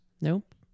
Nope